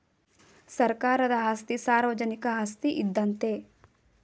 ಸರ್ಕಾರದ ಆಸ್ತಿ ಸಾರ್ವಜನಿಕ ಆಸ್ತಿ ಇದ್ದಂತೆ